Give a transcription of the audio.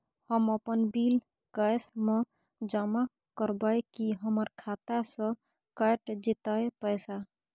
हम अपन bill cash म जमा करबै की हमर खाता स कैट जेतै पैसा?